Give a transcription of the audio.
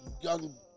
young